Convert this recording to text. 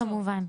כמובן.